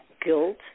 guilt